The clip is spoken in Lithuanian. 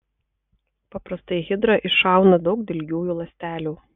paprastai hidra iššauna daug dilgiųjų ląstelių